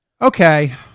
Okay